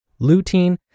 lutein